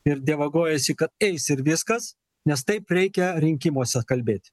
ir dievagojasi kad eis ir viskas nes taip reikia rinkimuose kalbėt